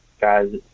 guys